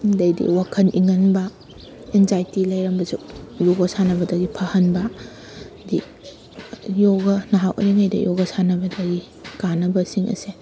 ꯑꯗꯩꯗꯤ ꯋꯥꯈꯜ ꯏꯪꯍꯟꯕ ꯑꯦꯡꯖꯥꯏꯇꯤ ꯂꯩꯔꯝꯕꯁꯨ ꯌꯣꯒꯥ ꯁꯥꯟꯅꯕꯗꯒꯤ ꯐꯍꯟꯕ ꯍꯥꯏꯗꯤ ꯌꯣꯒꯥ ꯅꯍꯥ ꯑꯣꯏꯔꯤꯉꯩꯗ ꯌꯣꯒꯥ ꯁꯥꯟꯅꯕꯗꯒꯤ ꯀꯥꯟꯅꯕꯁꯤꯡ ꯑꯁꯦ